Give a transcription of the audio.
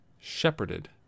shepherded